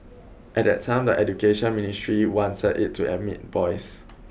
at that time the Education Ministry wanted it to admit boys